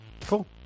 cool